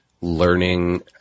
learning